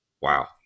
Wow